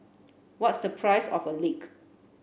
what's the price of a leak